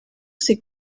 ces